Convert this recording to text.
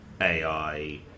AI